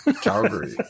Calgary